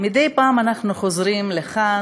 מדי פעם אנחנו חוזרים לכאן,